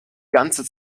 ganze